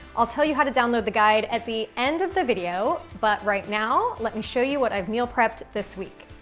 i'll tell you how to download the guide at the end of the video, but, right now, let me show you what i've meal prepped this week.